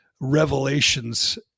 revelations